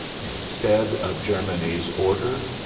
instead of germany's order,